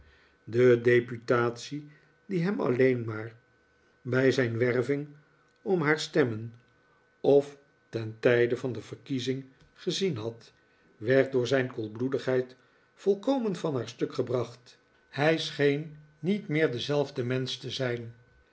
de deputatie die hem alleen maar bij zijn werving om haar stemmen of ten tijde van de verkiezing gezien had werd door zijn koelbloedigheid volkomen van haar stuk gebracht hij scheen niet meer dezelfde mensch te zijn